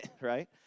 Right